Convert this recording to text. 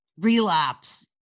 relapse